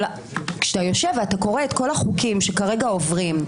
אבל כשאתה יושב ואתה קורא את כל החוקים שכרגע עוברים,